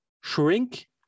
shrink